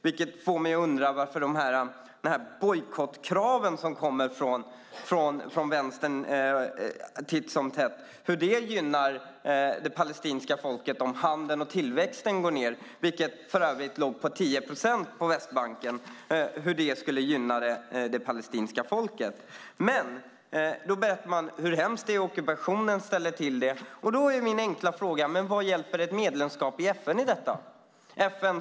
Det får mig att undra hur de bojkottkrav som titt som tätt kommer från Vänstern gynnar det palestinska folket om handeln och tillväxten går ned - som för övrigt låg på 10 procent på Västbanken. Hur skulle det gynna det palestinska folket? Man talar om hur hemskt det är och hur ockupationen ställer till det. Men vad hjälper ett medlemskap i FN i detta fall?